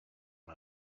one